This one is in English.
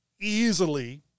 easily